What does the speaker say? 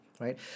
right